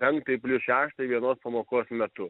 penktai plius šeštai vienos pamokos metu